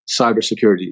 cybersecurity